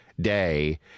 day